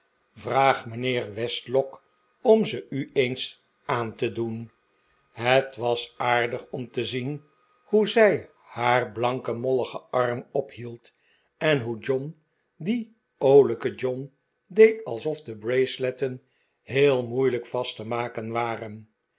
vraag mijnheer westlock om ze u eens aan te doen het was aardig om te zin hoe zij haar blanken molligen arm ophield en hoe john die oolijke john deed alsof de braceletten heel moeilijk vast te maken waren